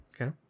Okay